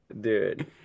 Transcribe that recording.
Dude